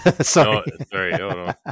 sorry